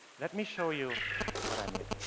let me show you what i mean.